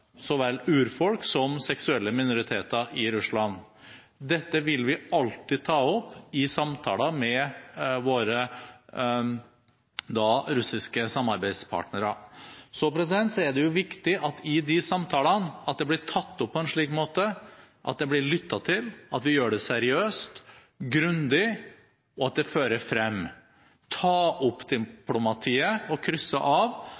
urfolk så vel som seksuelle minoriteter. Dette vil vi alltid ta opp i samtaler med våre russiske samarbeidspartnere. Det er viktig i de samtalene at dette blir tatt opp på en slik måte at det blir lyttet til, at vi gjør det seriøst, grundig, og at det fører frem.